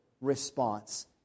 response